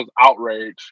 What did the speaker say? outrage